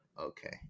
Okay